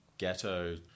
ghetto